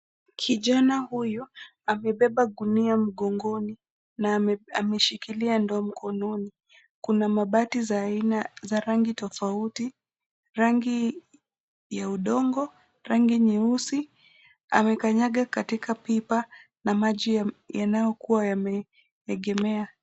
Kijana huyu amebeba gunia mgongoni na ameshikilia ndoo mkononi. Kuna mabati za rangi tofauti ;rangi ya udongo, rangi nyeusi. Amekanyanga katika pipa na maji yanayokuwa yameegemea.